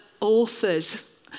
authors